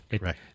right